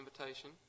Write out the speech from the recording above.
invitation